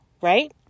Right